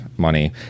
money